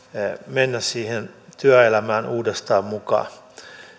mennä siihen työelämään uudestaan mukaan